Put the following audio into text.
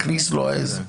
הכניס לו עז.